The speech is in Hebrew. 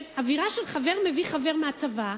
של אווירה של חבר מביא חבר מהצבא.